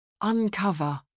Uncover